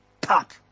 Pop